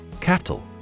Cattle